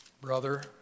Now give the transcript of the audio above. brother